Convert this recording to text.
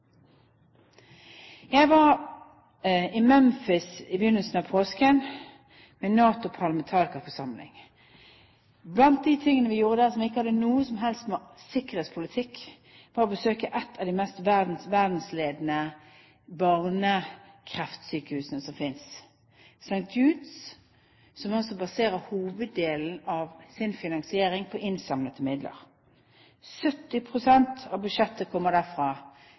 Jeg var i Memphis i begynnelsen av påsken i forbindelse med NATOs parlamentarikerforsamling. Blant det vi gjorde der, som ikke hadde noe som helst med sikkerhetspolitikk å gjøre, var å besøke et av verdens ledende barnekreftsykehus, St. Jude, som baserer hoveddelen av sin finansiering på innsamlede midler. 70 pst. av budsjettet kommer derfra